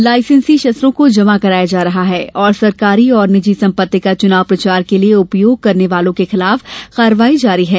लायसेंसी शस्त्रों को जमा कराया जा रहा है और सरकारी और निजी संपत्ति का चुनाव प्रचार के लिए उपयोग करने वालों के खिलाफ कार्यवाही जारी है